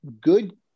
good